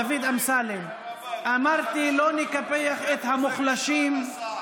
דוד אמסלם, אמרתי: לא נקפח את המוחלשים.